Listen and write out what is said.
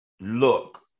look